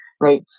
right